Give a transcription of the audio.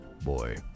boy